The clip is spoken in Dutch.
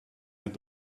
het